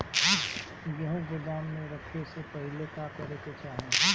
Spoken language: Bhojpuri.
गेहु गोदाम मे रखे से पहिले का का करे के चाही?